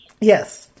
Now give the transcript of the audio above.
Yes